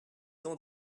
temps